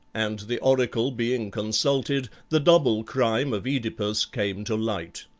and the oracle being consulted, the double crime of oedipus came to light.